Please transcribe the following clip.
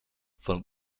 vom